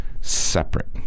separate